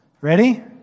Ready